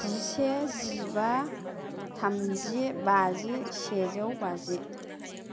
जिसे जिबा थामजि बाजि सेजौ बाजि